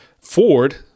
Ford